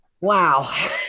Wow